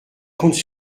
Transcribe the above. compte